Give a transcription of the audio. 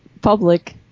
public